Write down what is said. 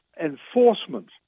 enforcement